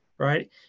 Right